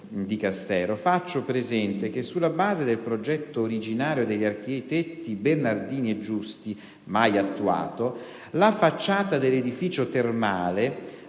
faccio presente che sulla base del progetto originario degli architetti Bernardini e Giusti, mai attuato, la facciata dell'edificio termale